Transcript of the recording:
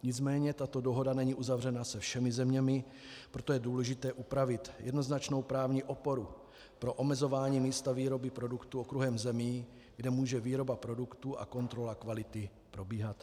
Nicméně tato dohoda není uzavřena se všemi zeměmi, proto je důležité upravit jednoznačnou právní oporu pro omezování místa výroby produktu okruhem zemí, kde může výroba produktu a kontrola kvality probíhat.